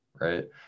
right